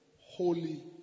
Holy